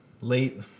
late